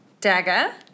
dagger